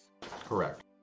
Correct